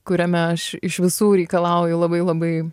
kuriame aš iš visų reikalauju labai labai